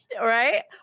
right